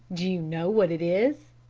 do you know what it is